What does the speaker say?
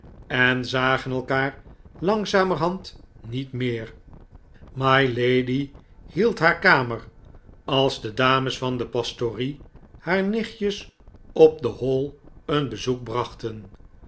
en zagen elkaar langzamerhand niet meer mylady hield haar kamer als de dames van de pastorie haar nichtjes op de hall een bezoek brachten